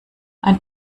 ein